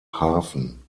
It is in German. hafen